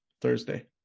Thursday